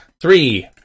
Three